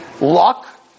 luck